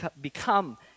become